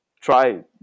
try